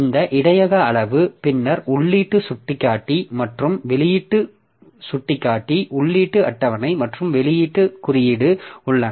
இந்த இடையக அளவு பின்னர் உள்ளீட்டு சுட்டிக்காட்டி மற்றும் வெளியீட்டு சுட்டிக்காட்டி உள்ளீட்டு அட்டவணை மற்றும் வெளியீட்டு குறியீடு உள்ளன